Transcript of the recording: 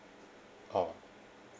oh